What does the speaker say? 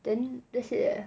then that's it eh